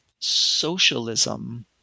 socialism